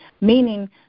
meaning